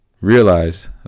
realize